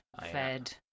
fed